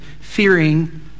fearing